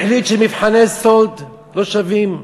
החליט שמבחני סאלד לא שווים,